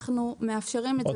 אנחנו מאפשרים את זה.